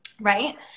right